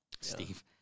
Steve